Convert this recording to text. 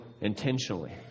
intentionally